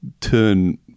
turn